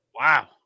Wow